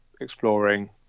exploring